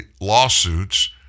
lawsuits